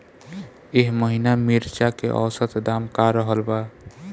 एह महीना मिर्चा के औसत दाम का रहल बा?